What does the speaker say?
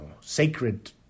sacred